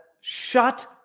shut